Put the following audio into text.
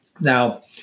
Now